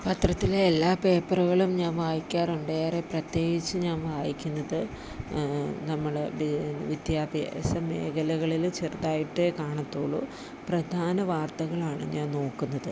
പത്രത്തിലെ എല്ലാ പേപ്പറുകളും ഞാൻ വായിക്കാറുണ്ട് ഏറെ പ്രത്യേകിച്ച് ഞാൻ വായിക്കുന്നത് നമ്മൾ വിദ്യാഭ്യാസ മേഖലകളിൽ ചെറുതായിട്ടേ കാണത്തോളൂ പ്രധാന വാർത്തകളാണ് ഞാൻ നോക്കുന്നത്